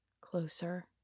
closer